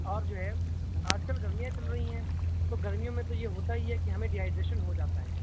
اور جو ہے آج کل گرمیاں چل رہی ہیں تو گرمیوں میں تو یہ ہوتا ہی ہے کہ ہمیں ڈی ہائیڈریشن ہو جاتا ہے